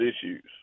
issues